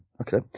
okay